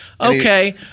Okay